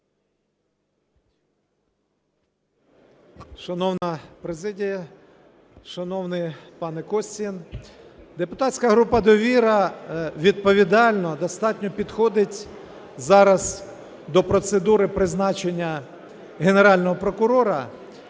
Шановна президія! Шановний пане Костін! Депутатська група "Довіра" відповідально достатньо підходить зараз до процедури призначення Генерального прокурора.